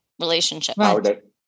relationship